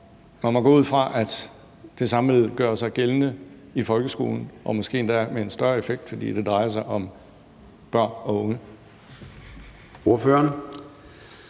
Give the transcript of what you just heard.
Man må gå ud fra, at det samme gør sig gældende i folkeskolen og måske endda med en større effekt, fordi det drejer sig om børn og unge.